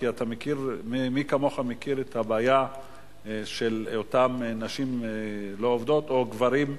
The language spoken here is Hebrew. כי מי כמוך מכיר את הבעיה של אותם נשים לא עובדות או גברים,